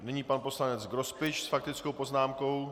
Nyní pan poslanec Grospič s faktickou poznámkou.